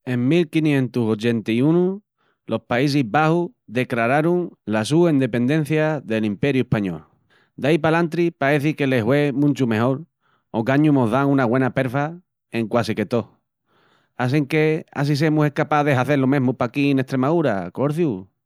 En 1581, los Paísis Baxus decrararun la su endependencia del Imperi Español. Daí palantri paeci que les hue munchu mejol, ogañu mos dan una güena perfa en quasi que tó, assinque á si semus escapás de hazel lo mesmu paquí n'Estremaúra corçiu.